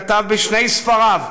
כתב בשני ספריו,